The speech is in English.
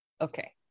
Okay